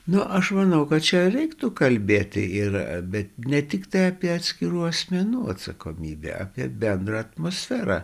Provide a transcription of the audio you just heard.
nu aš manau kad čia reiktų kalbėti ir bet ne tiktai apie atskirų asmenų atsakomybę apie bendrą atmosferą